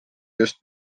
just